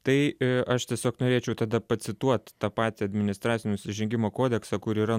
tai e aš tiesiog norėčiau tada pacituot tą patį administracinių nusižengimų kodeksą kur yra